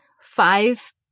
five